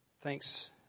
Thanks